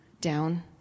down